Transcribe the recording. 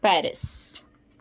Paris